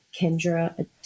Kendra